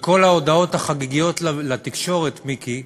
בכל ההודעות החגיגיות לתקשורת, מיקי,